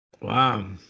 Wow